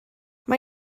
mae